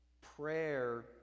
Prayer